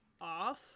off